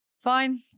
Fine